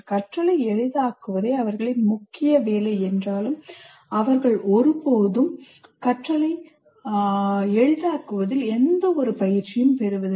கற்றலை எளிதாக்குவதே அவர்களின் முக்கிய வேலை என்றாலும் அவர்கள் ஒருபோதும் கற்றலை எளிதாக்குவதில் எந்தவொரு பயிற்சியும் பெறுவதில்லை